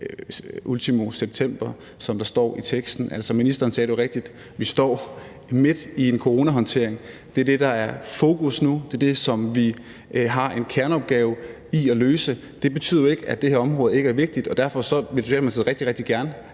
ultimo september, som der står i vedtagelsesteksten. Altså, ministeren sagde jo rigtigt, at vi står midt i en coronahåndtering. Det er det, der er i fokus nu, og det er det, som vi har en kerneopgave med at løse. Det betyder jo ikke, at det her område ikke er vigtigt, og derfor ville Socialdemokratiet rigtig, rigtig gerne